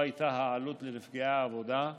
זאת הייתה העלות לנפגעי העבודה,